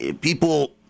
people